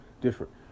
different